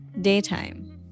daytime